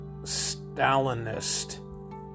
Stalinist